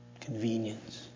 convenience